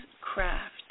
craft